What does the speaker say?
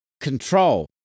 control